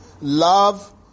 love